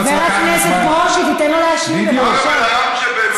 ערב אל-עראמשה במטה אשר לא קיבל פחות.